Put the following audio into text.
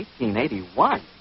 1881